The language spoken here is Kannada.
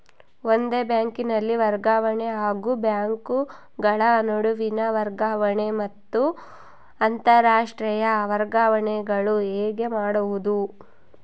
ಒಂದೇ ಬ್ಯಾಂಕಿನಲ್ಲಿ ವರ್ಗಾವಣೆ ಹಾಗೂ ಬ್ಯಾಂಕುಗಳ ನಡುವಿನ ವರ್ಗಾವಣೆ ಮತ್ತು ಅಂತರಾಷ್ಟೇಯ ವರ್ಗಾವಣೆಗಳು ಹೇಗೆ ಮಾಡುವುದು?